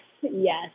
Yes